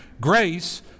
Grace